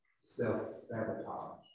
self-sabotage